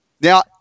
Now